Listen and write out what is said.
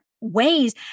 ways